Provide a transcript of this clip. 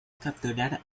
capturar